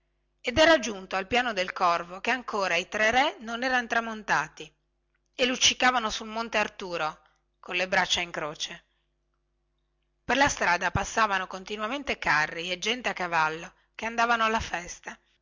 ed era giunto al piano del corvo che ancora i tre re non erano tramontati e luccicavano sul monte arturo colle braccia in croce per la strada passavano continuamente carri e gente a cavallo che andavano alla festa